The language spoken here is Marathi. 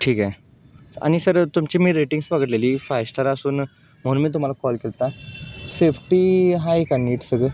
ठीक आहे आणि सर तुमची मी रेटिंग्स बघितलेली फाय स्टार असून म्हणून मी तुम्हाला कॉल केला होता सेफ्टी आहे का नीट सगळं